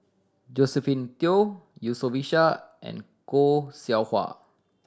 Josephine Teo Yusof Ishak and Khoo Seow Hwa